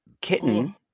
kitten